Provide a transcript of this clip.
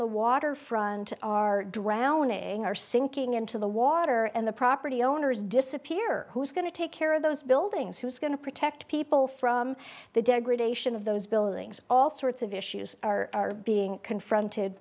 the waterfront are drowning are sinking into the water and the property owners disappear who's going to take care of those buildings who's going to protect people from the degradation of those buildings all sorts of issues are being confronted